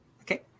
Okay